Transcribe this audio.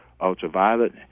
ultraviolet